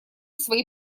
свои